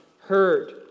heard